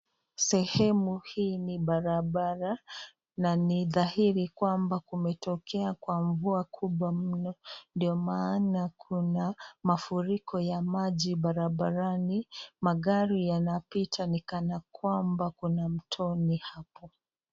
sehemu hii ni barabara na ni dhahiri kwamba kumetokea kwa mvua kubwa mno ndio maana kuna mafuriko ya maji barabarani magari yanapita ni kanakwamba kuna mtoni hapo.